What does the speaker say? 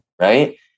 right